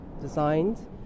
designed